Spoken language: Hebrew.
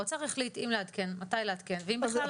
האוצר יחליט אם לעדכן, מתי לעדכן, ואם בכלל לעדכן.